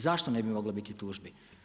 Zašto ne bi moglo biti tužbi?